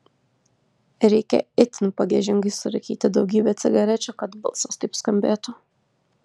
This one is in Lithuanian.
reikia itin pagiežingai surūkyti daugybę cigarečių kad balsas taip skambėtų